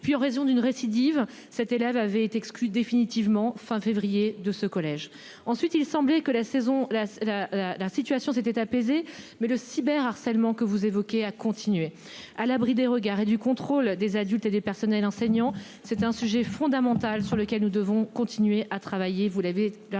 puis en raison d'une récidive cet élève avait été exclu définitivement fin février de ce collège. Ensuite, il semblait que la saison la la la la situation s'était apaisée mais le cyber harcèlement que vous évoquez a continué à l'abri des regards et du contrôle des adultes et des personnels enseignants. C'est un sujet fondamental sur lequel nous devons continuer à travailler,